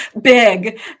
big